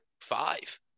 five